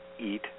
eat